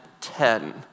ten